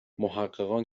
محققان